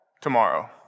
tomorrow